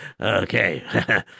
Okay